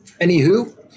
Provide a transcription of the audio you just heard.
Anywho